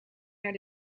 naar